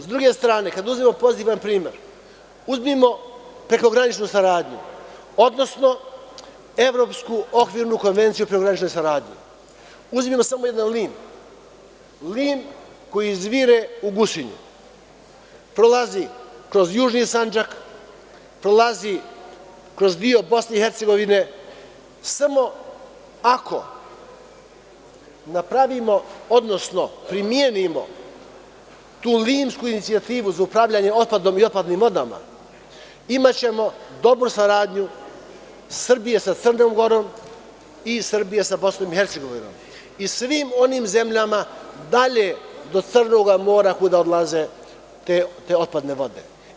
S druge strane, kada uzmemo pozitivan primer, uzmimo prekograničnu saradnju, odnosno Evropsku okvirnu konvenciju prekogranične saradnje, uzmimo samo jedan Lim, Lim koji izvire u Gusinju, prolazi kroz južni Sandžak, prolazi kroz deo BiH, samo ako napravimo, odnosno primenimo tu limsku inicijativu za upravljanje otpadom i otpadnim vodama, imaćemo dobru saradnju Srbije sa Crnom Gorom i Srbije sa BiH i svim onim zemljama dalje do Crnog mora, kuda odlaze te otpadne vode.